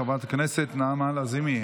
חברת הכנסת נעמה לזימי,